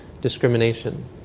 discrimination